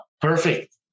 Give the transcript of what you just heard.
Perfect